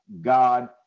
God